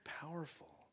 powerful